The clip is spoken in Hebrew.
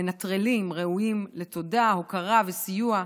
המנטרלים, ראויים לתודה, הוקרה וסיוע.